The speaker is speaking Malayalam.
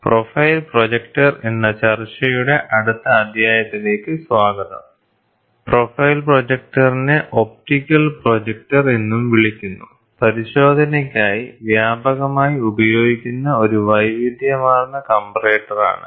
പ്രൊഫൈൽ പ്രൊജക്ടർ എന്ന ചർച്ചയുടെ അടുത്ത അധ്യായത്തിലേക്ക് സ്വാഗതം പ്രൊഫൈൽ പ്രൊജക്ടറിനെ ഒപ്റ്റിക്കൽ പ്രൊജക്ടർ എന്നും വിളിക്കുന്നു പരിശോധനയ്ക്കായി വ്യാപകമായി ഉപയോഗിക്കുന്ന ഒരു വൈവിധ്യമാർന്ന കംമ്പറേറ്റർ ആണ്